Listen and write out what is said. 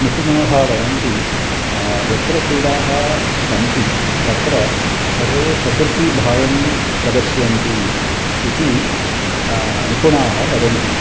निपुणाः वदन्ति यत्र क्रीडाः सन्ति तत्र सर्वे प्रकृतिभावं प्रदर्शयन्ति इति निपुणाः वदन्ति